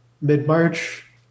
mid-March